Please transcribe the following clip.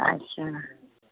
अछा